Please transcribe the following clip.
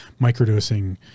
microdosing